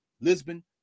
Lisbon